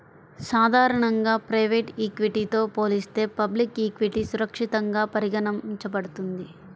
సాధారణంగా ప్రైవేట్ ఈక్విటీతో పోలిస్తే పబ్లిక్ ఈక్విటీ సురక్షితంగా పరిగణించబడుతుంది